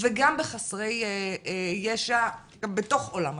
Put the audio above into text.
וגם בחסרי ישע בתוך עולם הקטינים.